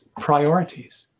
priorities